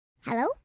Hello